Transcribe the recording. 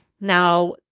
Now